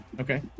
okay